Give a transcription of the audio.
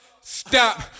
Stop